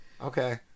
Okay